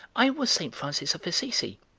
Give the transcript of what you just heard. i was st. francis of assisi,